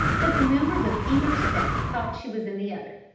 that the members of either set thought she was in the other.